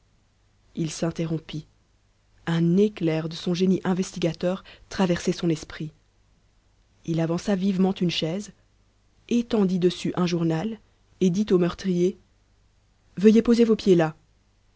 il s'interrompit un éclair de son génie investigateur traversait son esprit il avança vivement une chaise étendit dessus un journal et dit au meurtrier veuillez poser vos pieds là